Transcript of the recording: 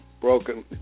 Broken